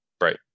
right